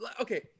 okay